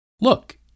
Look